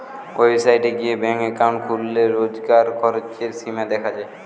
website গিয়ে bank account খুললে রোজকার খরচের সীমা দেখা যায়